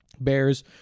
bears